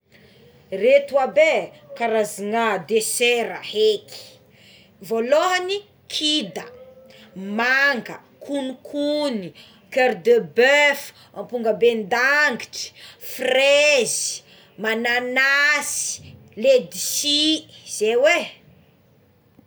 Ireto aby é karazana desera eky voalohagny kida, manga, konokony, koera de bœuf, ampongabendanitry, frezy, mananasy, ledisy zéo é.